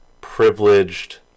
privileged